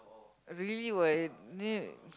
really what you